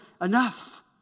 enough